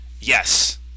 yes